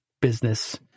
business